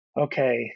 okay